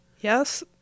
yes